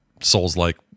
Souls-like